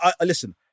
listen